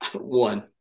one